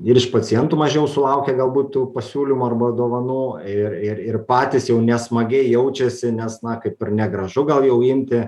ir iš pacientų mažiau sulaukia galbūt tų pasiūlymų arba dovanų ir ir ir patys jau nesmagiai jaučiasi nes na kaip ir negražu gal jau imti